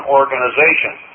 organization